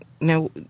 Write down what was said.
now—